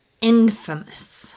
infamous